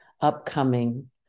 upcoming